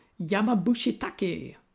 Yamabushitake